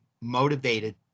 motivated